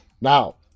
now